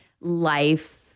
life